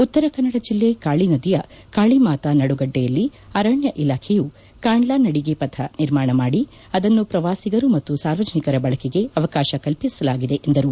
ಉತ್ತರ ಕನ್ನಡ ಜಿಲ್ಲೆ ಕಾಳಿ ನದಿಯ ಕಾಳಿಮಾತಾ ನಡುಗಡ್ಡೆಯಲ್ಲಿ ಅರಣ್ಯ ಇಲಾಖೆಯೂ ಕಾಂಡ್ಲಾ ನಡಿಗೆ ಪಥ ನಿರ್ಮಾಣ ಮಾಡಿ ಅದನ್ನು ಪ್ರವಾಸಿಗರು ಮತ್ತು ಸಾರ್ವಜನಿಕರ ಬಳಕೆಗೆ ಅವಕಾಶ ಕಲ್ಪಿಸಲಾಗಿದೆ ಎಂದರು